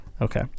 Okay